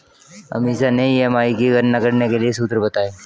अमीषा ने ई.एम.आई की गणना करने के लिए सूत्र बताए